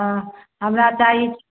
हँ हमरा चाही